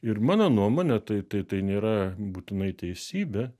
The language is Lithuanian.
ir mano nuomone tai tai tai nėra būtinai teisybė